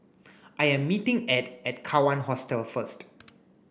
I am meeting Edd at Kawan Hostel first